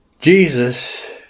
Jesus